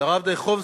לרב דיכובסקי,